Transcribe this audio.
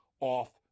off